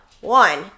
One